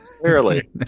Clearly